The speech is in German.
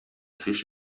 fisch